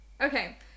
okay